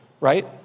right